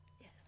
Yes